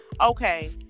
okay